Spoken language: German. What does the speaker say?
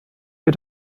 wir